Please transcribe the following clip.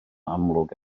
amlwg